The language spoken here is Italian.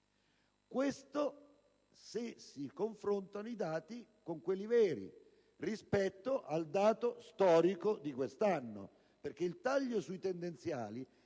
se si confrontano i dati con quelli veri, rispetto al dato storico di quest'anno, perché il taglio sui tendenziali